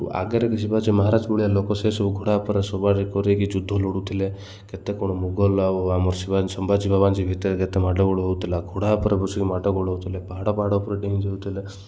ଆଗରେ କି ଯିବା ଯେ ମହାରାଜ ଭଳିଆ ଲୋକ ସେସବୁ ଘୋଡ଼ା ପରେ ସବାର କରିକି ଯୁଦ୍ଧ ଲଢୁଥିଲେ କେତେ କ'ଣ ମୋଗଲ ଆଉ ଆମର ଶ୍ରୀମାନ ସମ୍ବାଜୀ ବାଜିରାଓ ଭିତରେ କେତେ ମାଡ଼ ଗୋଳ ହଉଥିଲା ଘୋଡ଼ା ଉପରେ ବସିକି ମାଡ଼ ଗୋଳ ହଉଥିଲେ ପାହାଡ଼ ପାହାଡ଼ ଉପରେ ଡେଇଁ ଯାଉଥିଲେ